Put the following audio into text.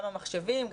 גם המחשבים,